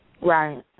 Right